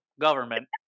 government